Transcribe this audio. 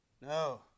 No